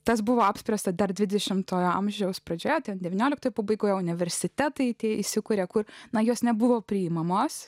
tas buvo apspręsta dar dvidešimtojo amžiaus pradžioje ten devyniolikto pabaigoje universitetai tie įsikuria kur na jos nebuvo priimamos